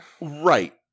Right